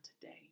today